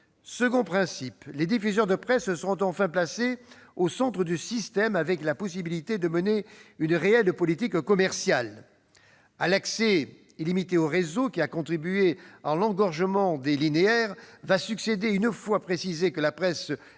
Deuxième principe, les diffuseurs de presse seront enfin placés au centre du système, avec la possibilité de mener une réelle politique commerciale. À l'accès illimité au réseau, ayant contribué à l'engorgement des linéaires, va succéder, une fois précisée que la presse